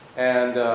and,